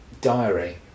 diary